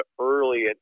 early